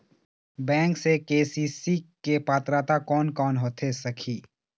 Bank से KCC के पात्रता कोन कौन होथे सकही?